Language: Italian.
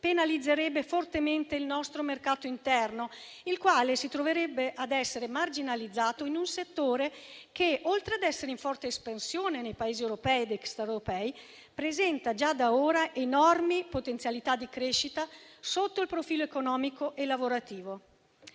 penalizzerebbe fortemente il nostro mercato interno, il quale si troverebbe ad essere marginalizzato in un settore che, oltre ad essere in forte espansione nei Paesi europei ed extraeuropei, presenta già da ora enormi potenzialità di crescita sotto il profilo economico e lavorativo.